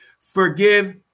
forgive